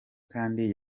kandi